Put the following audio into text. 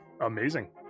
Amazing